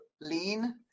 LEAN